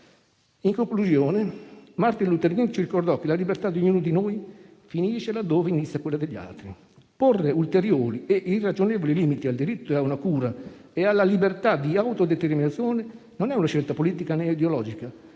da tempo. Martin Luther King ci ricordò che la libertà di ognuno di noi finisce là dove inizia quella degli altri. Porre ulteriori e irragionevoli limiti al diritto ad una cura e alla libertà di autodeterminazione non è una scelta politica, né ideologica,